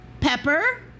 Pepper